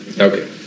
Okay